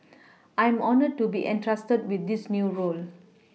I am honoured to be entrusted with this new role